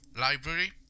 Library